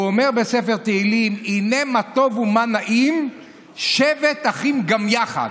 והוא אומר בספר תהילים: "הנה מה טוב ומה נעים שבת אחים גם יחד".